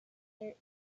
desert